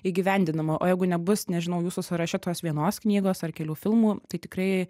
įgyvendinama o jeigu nebus nežinau jūsų sąraše tos vienos knygos ar kelių filmų tai tikrai